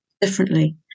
differently